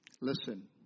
Listen